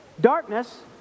darkness